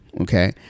Okay